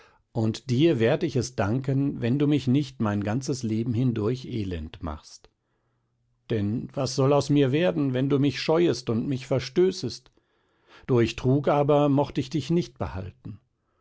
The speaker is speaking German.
und dir werd ich es danken wenn du mich nicht mein ganzes leben hindurch elend machst denn was soll aus mir werden wenn du mich scheuest und mich verstößest durch trug aber mocht ich dich nicht behalten